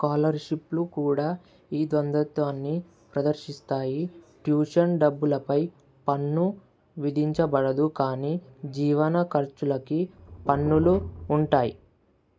స్కాలర్షిప్లు కూడా ఈ ద్వంద్వత్వాన్ని ప్రదర్శిస్తాయి ట్యూషన్ డబ్బులపై పన్ను విధించబడదు కానీ జీవన ఖర్చులకి పన్నులు ఉంటాయి